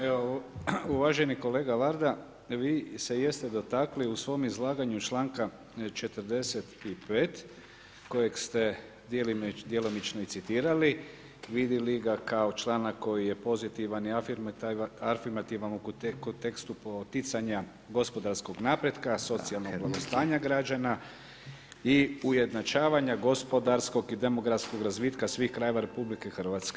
Evo uvaženi kolega Varda, vi se jeste dotakli u svom izlaganju članku 45. kojeg ste djelomično i citirali, vidjeli ga kao članak koji je pozitivan i afirmativan u kontekstu poticanja gospodarskog napretka, socijalnog stanja građana i ujednačavanja gospodarskog i demografskog razvitka svih krajeva RH.